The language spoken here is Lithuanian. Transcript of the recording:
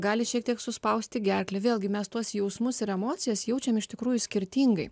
gali šiek tiek suspausti gerklę vėlgi mes tuos jausmus ir emocijas jaučiam iš tikrųjų skirtingai